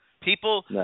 People